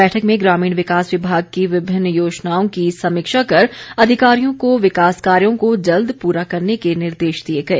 बैठक में ग्रामीण विकास विभाग की विभिन्न योजनाओं की समीक्षा कर अधिकारियों को विकास कार्यों को जल्द पूरा करने के निर्देश दिए गए